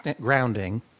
grounding